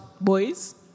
boys